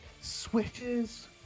switches